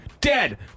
dead